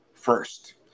First